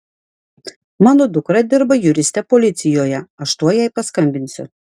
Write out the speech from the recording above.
mano dukra dirba juriste policijoje aš tuoj jai paskambinsiu